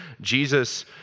Jesus